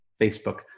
Facebook